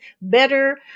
better